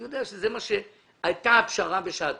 אני יודע שזה מה שהייתה הפשרה בשעתו.